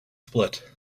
split